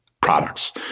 products